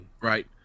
right